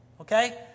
Okay